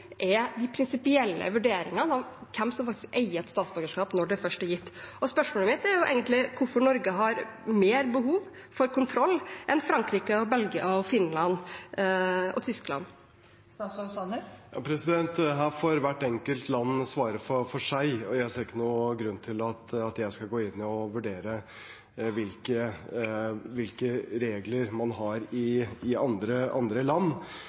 er de prinsipielle vurderingene av hvem som faktisk eier et statsborgerskap når det først er gitt. Spørsmålet mitt er egentlig: Hvorfor har Norge mer behov for kontroll enn Frankrike, Belgia, Finland og Tyskland? Her får hvert enkelt land svare for seg. Jeg ser ikke noen grunn til at jeg skal gå inn og vurdere hvilke regler man har i andre land.